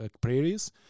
prairies